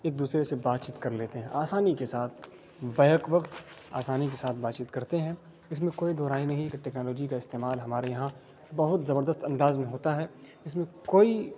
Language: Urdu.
ایک دوسرے سے بات چیت کر لیتے ہیں آسانی کے ساتھ بیک وقت آسانی کے ساتھ بات چیت کرتے ہیں اس میں کوئی دو رائے نہیں کہ ٹیکنالوجی کا استعمال ہمارے یہاں بہت زبردست انداز میں ہوتا ہے اس میں کوئی